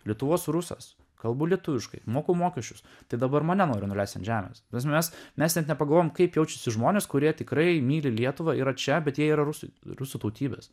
lietuvos rusas kalbu lietuviškai moku mokesčius tai dabar mane noriu nuleisti ant žemės bet mes mes net nepagalvojame kaip jaučiasi žmonės kurie tikrai myli lietuvą yra čia bet jei rusų rusų tautybės